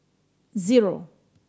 zero